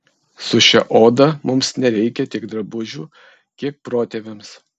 su šia oda mums nereikia tiek drabužių kiek protėviams